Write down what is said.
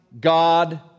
God